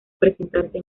presentarse